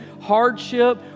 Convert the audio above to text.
hardship